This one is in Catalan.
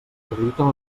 acrediten